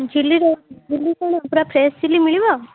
ଝିଲ୍ଲି ଝିଲ୍ଲି କ'ଣ ପୁରା ଫ୍ରେସ୍ ଝିଲ୍ଲି ମିଳିବ